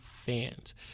fans